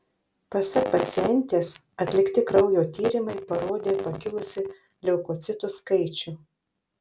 pasak pacientės atlikti kraujo tyrimai parodė pakilusį leukocitų skaičių